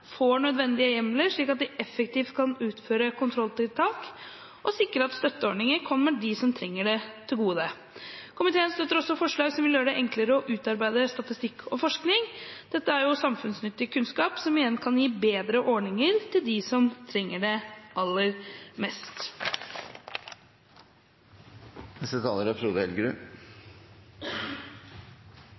får nødvendige hjemler, slik at de effektivt kan utføre kontrolltiltak og sikre at støtteordninger kommer dem som trenger det, til gode. Komiteen støtter også forslag som vil gjøre det enklere å utarbeide statistikk og forskning. Dette er samfunnsnyttig kunnskap, som igjen kan gi bedre ordninger for dem som trenger det aller mest.